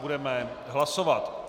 Budeme hlasovat.